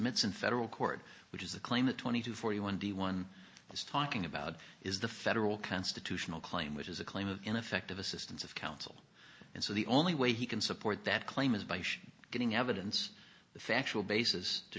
submitted in federal court which is a claim that twenty two forty one d one is talking about is the federal constitutional claim which is a claim of ineffective assistance of counsel and so the only way he can support that claim is by getting evidence the factual basis to